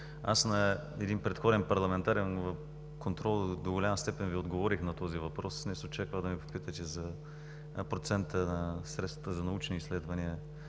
на един предходен парламентарен контрол до голяма степен Ви отговорих на този въпрос. Днес очаквах да ме попитате за процента на средствата за научни изследвания